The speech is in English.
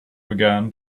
began